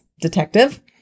detective